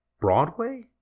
Broadway